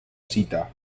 cita